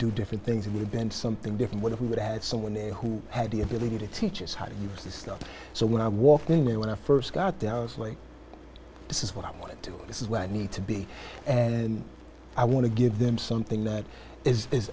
do different things we have been something different what if we would add someone who had the ability to teach us how to use the stuff so when i walked in there when i st got there i was like this is what i want this is what i need to be and i want to give them something that is